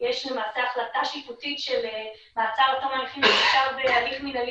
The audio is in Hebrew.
למעשה החלטה שיפוטית של מעצר עד תום ההליכים ואפשר בהליך מינהלי